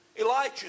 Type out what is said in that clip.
Elijah